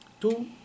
Two